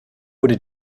wurde